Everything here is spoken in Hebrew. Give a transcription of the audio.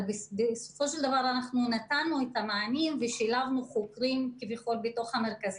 אבל בסופו של דבר אנחנו נתנו את המענים ושילבנו חוקרים בתוך המרכזים.